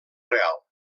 real